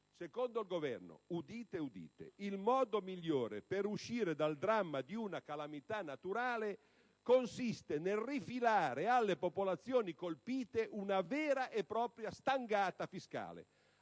Secondo il Governo - udite, udite! - il modo migliore per uscire dal dramma di una calamità naturale consiste nel rifilare alle popolazioni colpite una vera e propria stangata fiscale: